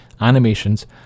animations